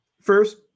First